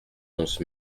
onze